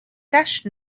taches